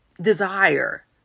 desire